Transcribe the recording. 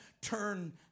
turn